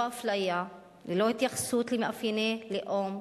אפליה וללא התייחסות למאפייני לאום,